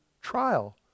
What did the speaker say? trial